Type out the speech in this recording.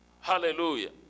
hallelujah